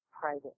private